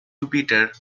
jupiter